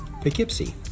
Poughkeepsie